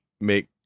make